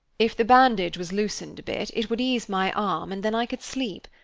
if the bandage was loosened a bit, it would ease my arm and then i could sleep.